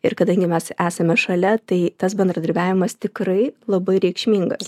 ir kadangi mes esame šalia tai tas bendradarbiavimas tikrai labai reikšmingas